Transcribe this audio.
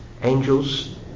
Angels